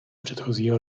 předchozího